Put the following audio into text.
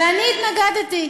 ואני התנגדתי.